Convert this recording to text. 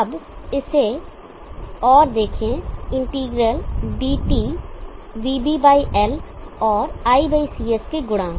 अब इसे और इसे देखें इंटीग्रल dt vBL और ICS के गुणांक